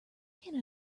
can